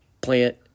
Plant